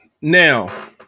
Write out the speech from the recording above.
Now